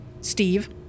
Steve